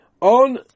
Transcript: on